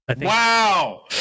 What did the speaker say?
Wow